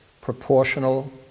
proportional